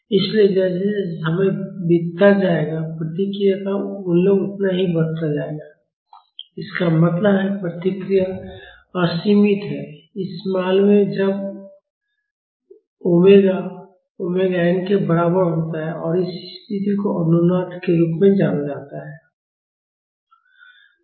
इसलिए जैसे जैसे समय बीतता जाएगा प्रतिक्रिया का मूल्य उतना ही बढ़ता जाएगा इसका मतलब है प्रतिक्रिया असीमित है इस मामले में जब ओमेगा ओमेगा एन के बराबर होता है और इस स्थिति को अनुनाद के रूप में जाना जाता है